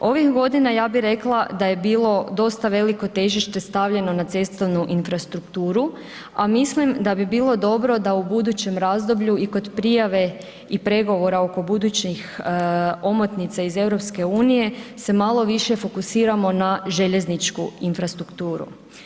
Ovih godina ja bi rekla da je bilo dosta veliko težište stavljeno na cestovnu infrastrukturu a mislim da bi bilo dobro da u budućem razdoblju i kod prijave i pregovora oko budućih omotnica iz EU-a se malo više fokusiramo na željezničku infrastrukturu.